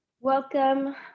Welcome